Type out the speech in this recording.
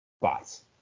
spots